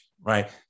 right